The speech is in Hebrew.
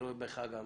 לראות בך גם